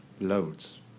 Loads